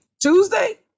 Tuesday